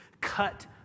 cut